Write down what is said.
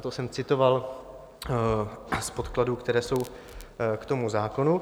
To jsem citoval z podkladů, které jsou k tomu zákonu.